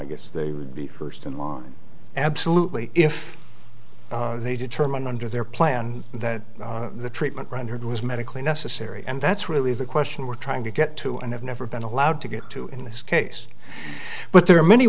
yes they would be first in line absolutely if they determined under their plan that the treatment rendered was medically necessary and that's really the question we're trying to get to and have never been allowed to get to in this case but there are many